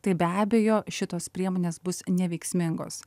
tai be abejo šitos priemonės bus neveiksmingos